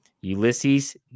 Ulysses